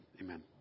amen